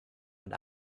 and